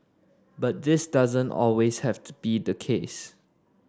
but this doesn't always have to be the case